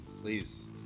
Please